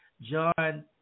John